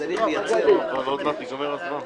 תגיד מספר.